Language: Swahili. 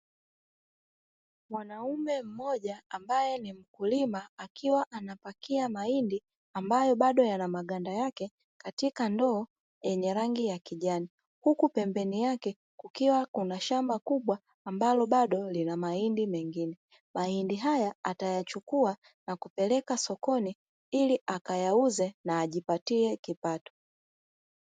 Mwanaume mmoja ambaye ni mkulima akiwa anapakia mahindi ambayo bado yana maganda yake katika ndoo yenye rangi ya kijani. Huku pembeni yake kukiwa kuna shamba kubwa ambalo bado lina mahindi mengine. Mahindi haya atayachukua na kuyapeleka sokoni ili akayauze na ajipatia kipato.